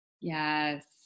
yes